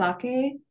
sake